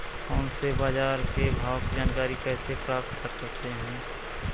Phone से बाजार के भाव की जानकारी कैसे प्राप्त कर सकते हैं?